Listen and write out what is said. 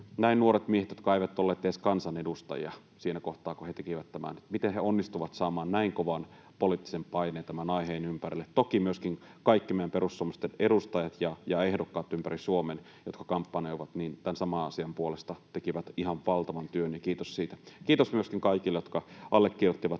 näin nuoret miehet, jotka eivät olleet edes kansanedustajia siinä kohtaa, kun he tekivät tämän, miten he onnistuivat saamaan näin kovan poliittisen paineen tämän aiheen ympärille. Toki myöskin kaikki meidän perussuomalaiset edustajat ja ehdokkaat ympäri Suomen, jotka kampanjoivat tämän saman asian puolesta, tekivät ihan valtavan työn, ja kiitos siitä. Kiitos myöskin kaikille, jotka allekirjoittivat